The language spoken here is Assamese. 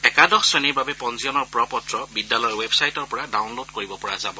একাদশ শ্ৰেণীৰ বাবে পঞ্জীয়ন প্ৰ পত্ৰ বিদ্যালয়ৰ ৱেবচাইটৰ পৰা ডাউনলোড কৰিব পৰা যাব